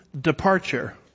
departure